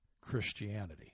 Christianity